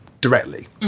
directly